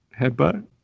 headbutt